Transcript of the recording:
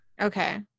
okay